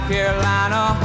Carolina